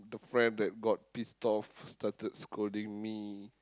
the friend got pissed off started scolding me